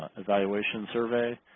evaluation survey.